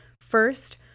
First